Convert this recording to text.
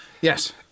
Yes